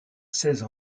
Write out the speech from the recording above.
seize